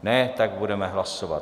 Ne, tak budeme hlasovat.